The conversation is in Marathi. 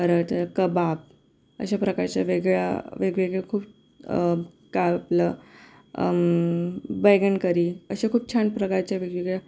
करत कबाब अशा प्रकारच्या वेगळ्या वेगवेगळे खूप काय आपलं बैंगन करी अशा खूप छान प्रकारच्या वेगवेगळ्या